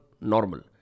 normal